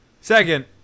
Second